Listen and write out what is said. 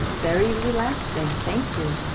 very relaxing, thank you.